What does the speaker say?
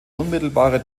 unmittelbare